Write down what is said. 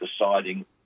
deciding